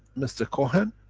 mr cohn,